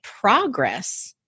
progress